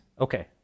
Okay